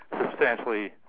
substantially